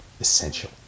Essential